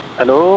Hello